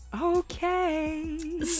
okay